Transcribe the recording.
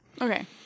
Okay